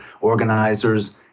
organizers